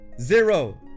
zero